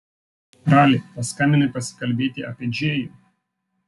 rali paskambinai pasikalbėti apie džėjų